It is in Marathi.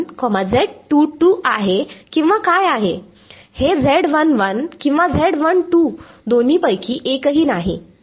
हे Z 1 1 किंवा Z 1 2 दोन्ही पैकी एकही नाही